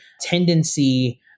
tendency